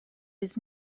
his